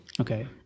okay